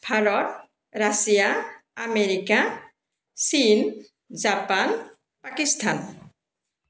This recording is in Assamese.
ভাৰত ৰাছিয়া আমেৰিকা চীন জাপান পাকিস্তান